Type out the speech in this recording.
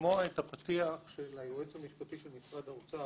לשמוע את הפתיח של היועץ המשפטי של משרד האוצר,